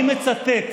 אני מצטט.